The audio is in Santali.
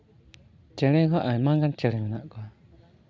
ᱪᱮᱬᱮ ᱦᱚᱸ ᱟᱭᱢᱟ ᱜᱟᱱ ᱪᱮᱬᱮ ᱢᱮᱱᱟᱜ ᱠᱚᱣᱟ